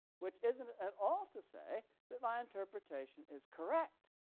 which isn't at all to say that my interpretation is correct.